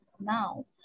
Now